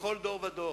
בכל דור ודור.